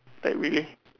like really